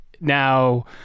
now